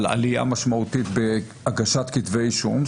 על עלייה משמעותית בהגשת כתבי אישום.